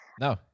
No